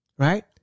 Right